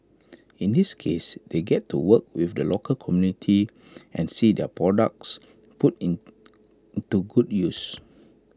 in this case they get to work with the local community and see their products put in into good use